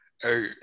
Hey